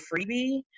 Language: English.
freebie